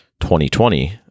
2020